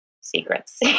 secrets